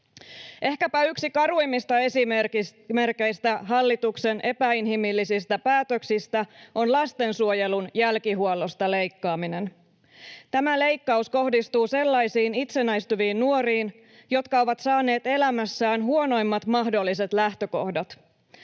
Ehkäpä yksi karuimmista esimerkeistä hallituksen epäinhimillisistä päätöksistä on lastensuojelun jälkihuollosta leikkaaminen. Tämä leikkaus kohdistuu sellaisiin itsenäistyviin nuoriin, jotka ovat saaneet elämässään huonoimmat mahdolliset lähtökohdat,